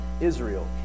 Israel